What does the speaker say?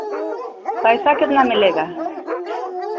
पैसा कितना मिलेगा